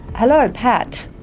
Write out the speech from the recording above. hello pat?